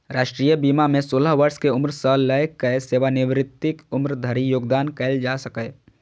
राष्ट्रीय बीमा मे सोलह वर्ष के उम्र सं लए कए सेवानिवृत्तिक उम्र धरि योगदान कैल जा सकैए